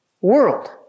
world